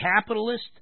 Capitalist